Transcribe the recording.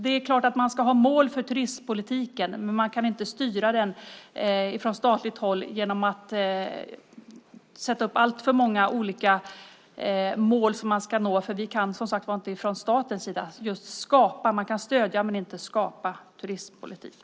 Det är klart att man ska ha mål för turistpolitiken, men man kan inte styra den från statligt håll genom att sätta upp alltför många olika mål som ska nås. Från statens sida kan vi, som sagt, inte just skapa en turistpolitik. Man kan stödja men inte skapa en turistpolitik.